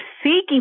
seeking